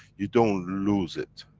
you don't lose it.